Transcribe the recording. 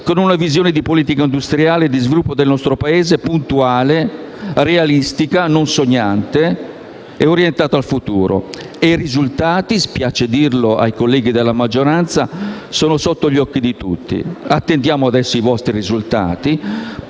con una visione di politica industriale e di sviluppo del nostro Paese puntuale, realistica, non sognante e orientata al futuro. I risultati - spiace dirlo ai colleghi della maggioranza - sono sotto gli occhi di tutti. Attendiamo adesso i vostri risultati,